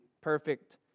perfect